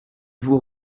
vous